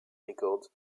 records